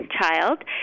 child